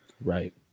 Right